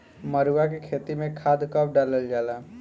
मरुआ के खेती में खाद कब डालल जाला?